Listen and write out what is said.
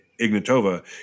Ignatova